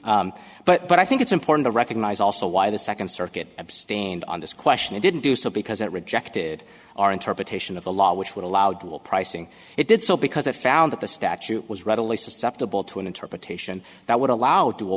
be but i think it's important to recognize also why the second circuit abstained on this question it didn't do so because it rejected our interpretation of the law which would allow double pricing it did so because it found that the statute was readily susceptible to an interpretation that would allow d